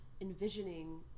envisioning